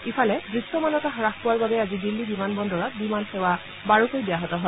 ইফালে দৃশ্যমানতা হ্যাস পোৱাৰ বাবে আজি দিল্লী বিমান বন্দৰত বিমান সেৱা বাৰুকৈ ব্যাহত হয়